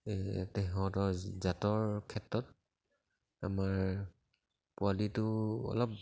এই তেহেঁতৰ জাতৰ ক্ষেত্ৰত আমাৰ পোৱালিটো অলপ